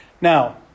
Now